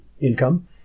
income